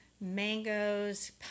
mangoes